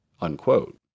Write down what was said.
unquote